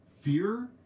fear